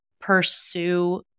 pursue